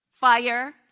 fire